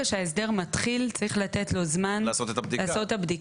שההסדר מתחיל צריך לתת לו זמן לעשות את הבדיקה.